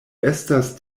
estas